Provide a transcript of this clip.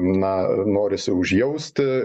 na norisi užjausti